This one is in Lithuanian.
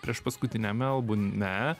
priešpaskutiniame albume